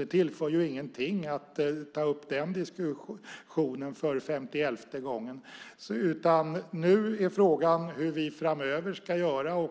Det tillför ingenting att ta upp den diskussionen för femtioelfte gången. Nu är frågan hur vi framöver ska göra.